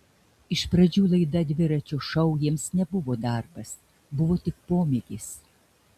iš pradžių laida dviračio šou jiems nebuvo darbas buvo tik pomėgis